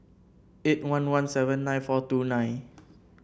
eight one one seven nine four two nine